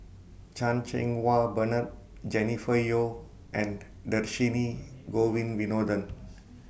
Chan Cheng Wah Bernard Jennifer Yeo and Dhershini Govin Winodan